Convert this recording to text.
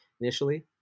initially